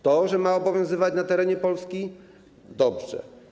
To, że ma obowiązywać na terenie Polski - dobrze.